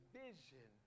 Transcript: vision